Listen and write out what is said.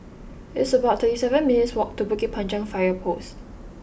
it's about thirty seven minutes' walk to Bukit Panjang Fire Post